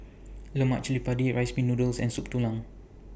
Lemak Cili Padi Rice Pin Noodles and Soup Tulang